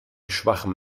schwachem